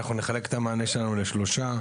אנחנו נחלק את המענה שלנו לשלושה: